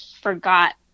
forgot